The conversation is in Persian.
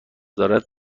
دارد